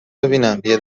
ببینم، یه